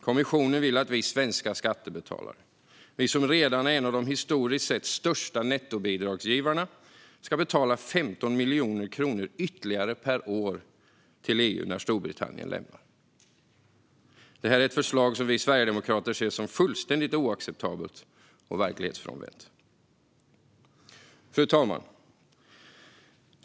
Kommissionen vill att vi svenska skattebetalare - vi som redan är en av de historiskt sett största nettobidragsgivarna - ska betala 15 miljarder kronor ytterligare per år till EU när Storbritannien lämnar EU. Det är ett förslag som vi sverigedemokrater ser som fullständigt oacceptabelt och verklighetsfrånvänt. Fru talman!